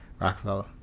Rockefeller